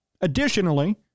Additionally